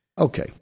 Okay